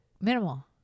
Minimal